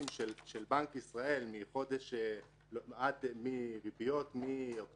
של בנק ישראל מריביות מאוקטובר-נובמבר